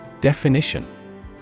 Definition